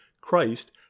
Christ